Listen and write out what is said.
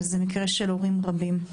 זה מקרה של הורים רבים,